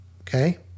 okay